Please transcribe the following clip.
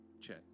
Check